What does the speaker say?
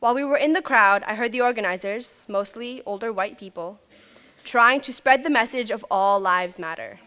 while we were in the crowd i heard the organizers mostly older white people trying to spread the message of all lives matter